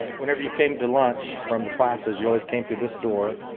whenever you came to lunch from the classes, you always came to this door.